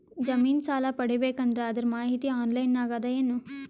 ಜಮಿನ ಸಾಲಾ ಪಡಿಬೇಕು ಅಂದ್ರ ಅದರ ಮಾಹಿತಿ ಆನ್ಲೈನ್ ನಾಗ ಅದ ಏನು?